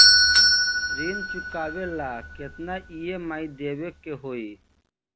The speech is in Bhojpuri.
ऋण चुकावेला केतना ई.एम.आई देवेके होई?